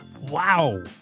Wow